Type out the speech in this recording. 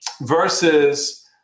versus